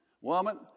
woman